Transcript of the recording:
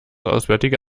auswärtige